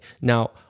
Now